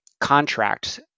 contracts